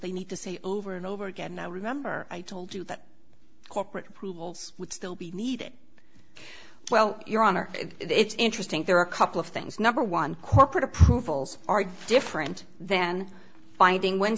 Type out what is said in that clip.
they need to say over and over again remember i told you that corporate approvals would still be needed well your honor it's interesting there are a couple of things number one corporate approvals are different than finding